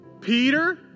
Peter